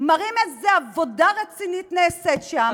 מראים איזו עבודה רצינית נעשית שם,